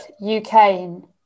Ukraine